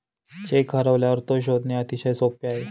check हरवल्यावर तो शोधणे अतिशय सोपे आहे